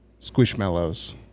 Squishmallows